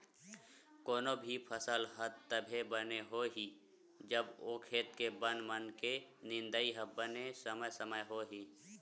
कोनो भी फसल ह बने तभे होही जब ओ खेत के बन मन के निंदई ह बने समे समे होही